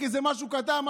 כי זה משהו קטן,